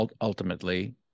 ultimately